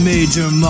Major